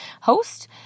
host